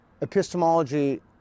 epistemology